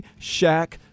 Shaq